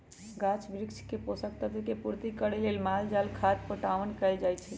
गाछ वृक्ष के पोषक तत्व के पूर्ति करे लेल माल जाल खाद पटाओन कएल जाए छै